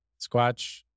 squatch